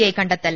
I കണ്ടെത്തൽ